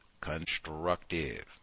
constructive